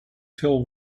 till